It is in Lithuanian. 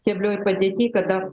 keblioj padėty kad dar